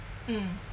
mm